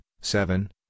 seven